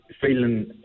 feeling